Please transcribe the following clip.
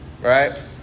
Right